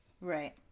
Right